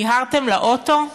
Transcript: מיהרתם לאוטו?